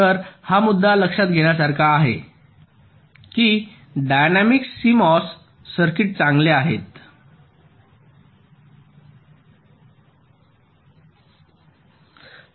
तर हा मुद्दा लक्षात घेण्यासारखा आहे की डायनॅमिक CMOS सर्किट चांगले आहेत